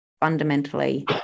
fundamentally